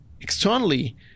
externally